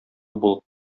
булып